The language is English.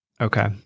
Okay